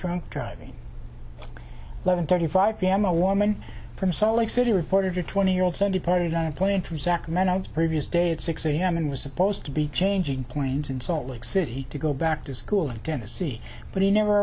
drunk driving eleven thirty five p m a woman from salt lake city reported her twenty year old son departed on a plane from sacramento its previous day at six am and was supposed to be changing planes in salt lake city to go back to school in tennessee but he never